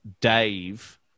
Dave